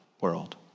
world